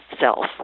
self